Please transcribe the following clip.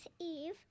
Eve